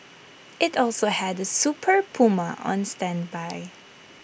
IT also had A super Puma on standby